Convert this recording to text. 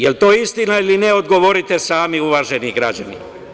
Da li je to istina ili ne, odgovorite sami, uvaženi građani?